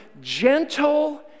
gentle